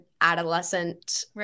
adolescent